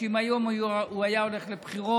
על כך שאם הוא היה הולך היום לבחירות